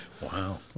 Wow